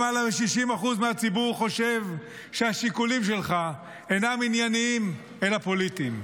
למעלה מ-60% מהציבור חושב שהשיקולים שלך אינם ענייניים אלא פוליטיים.